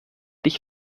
dich